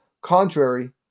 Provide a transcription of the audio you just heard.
contrary